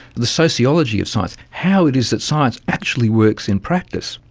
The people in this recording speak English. the sociology of science, how it is that science actually works in practice.